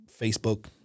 Facebook